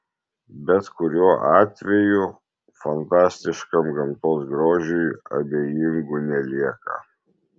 bet kuriuo atveju fantastiškam gamtos grožiui abejingų nelieka